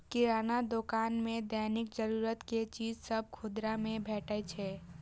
किराना दोकान मे दैनिक जरूरत के चीज सभ खुदरा मे भेटै छै